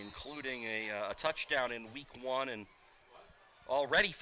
including a touchdown in week one and already